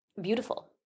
beautiful